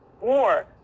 war